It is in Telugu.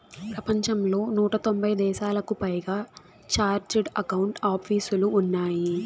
ప్రపంచంలో నూట తొంభై దేశాలకు పైగా చార్టెడ్ అకౌంట్ ఆపీసులు ఉన్నాయి